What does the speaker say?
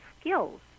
skills